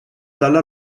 dalla